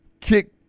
Kick